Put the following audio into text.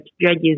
judges